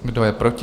Kdo je proti?